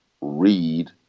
read